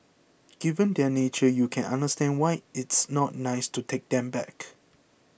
given their nature you can understand why it's not nice to take them back